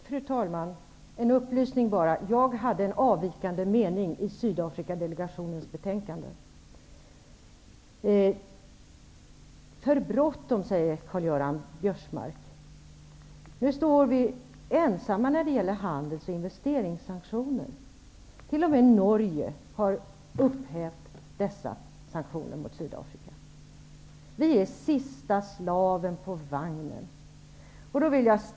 Fru talman! Jag vill bara komma med en upplysning. Jag hade en avvikande mening i Karl-Göran Biörsmark sade att det har varit för bråttom. Nu står vi ensamma när det gäller handelsoch investeringssanktioner. T.o.m. Norge har upphävt dessa sanktioner mot Sydafrika. Vi är sista slaven på vagnen.